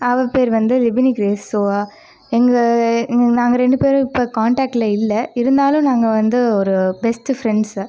அவள் பேயரு வந்து லிபிணிக்ரேசஸுவா எங்கள் நாங்கள் ரெண்டு பேரும் இப்போ காண்ட்டக்ட்டில் இல்லை இருந்தாலும் நாங்கள் வந்து ஒரு பெஸ்ட் ஃபிரெண்ட்ஸு